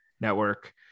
network